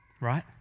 Right